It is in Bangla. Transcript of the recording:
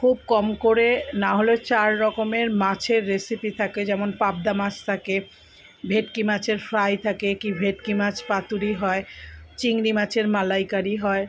খুব কম করে নাহলেও চার রকমের মাছের রেসিপি থাকে যেমন পাবদা মাছ থাকে ভেটকি মাছের ফ্রাই থাকে কী ভেটকি মাছ পাতুরি হয় চিংড়ি মাছের মালাইকারি হয়